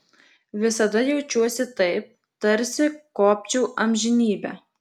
visada jaučiuosi taip tarsi kopčiau amžinybę